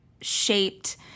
shaped